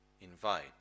invite